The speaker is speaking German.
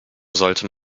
sollte